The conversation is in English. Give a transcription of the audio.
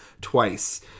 twice